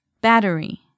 Battery